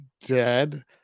dead